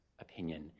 Opinion